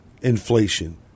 inflation